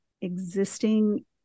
existing